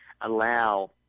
allow